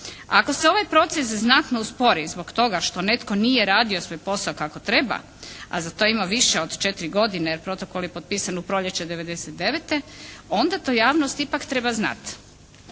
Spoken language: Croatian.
Ako se ovaj proces znatno uspori zbog toga što netko nije radio svoj posao kako treba, a za to ima više od četiri godine jer protokol je potpisan u proljeće 99. onda to javnost ipak treba znati.